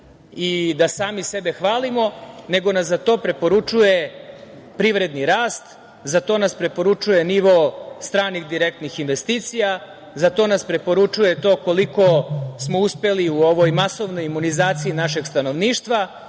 i da sami sebe hvalimo, nego nas za to preporučuje privredni rast, za to nas preporučuje nivo stranih direktnih investicija, za to nas preporučuje to koliko smo uspeli u ovoj masovnoj imunizaciji našeg stanovništva.